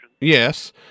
Yes